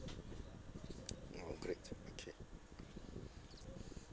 orh working okay